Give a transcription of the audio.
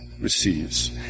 receives